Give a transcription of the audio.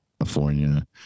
California